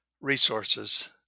Resources